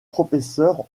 professeur